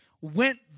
went